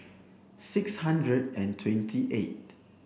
six hundred and twenty eight